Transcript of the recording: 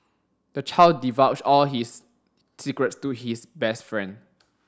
the child divulge all his secrets to his best friend